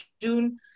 June